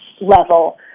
level